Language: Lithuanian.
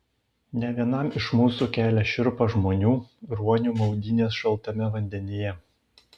ne vienam iš mūsų kelia šiurpą žmonių ruonių maudynės šaltame vandenyje